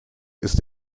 ist